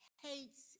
hates